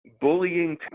bullying